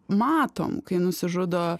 matom kai nusižudo